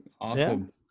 awesome